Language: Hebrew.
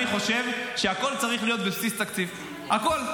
אני חושב שהכול צריך להיות בבסיס תקציב, הכול.